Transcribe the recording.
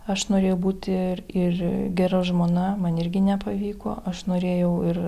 aš norėjau būti ir ir gera žmona man irgi nepavyko aš norėjau ir